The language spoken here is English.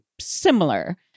similar